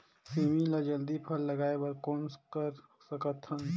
सेमी म जल्दी फल लगाय बर कौन कर सकत हन?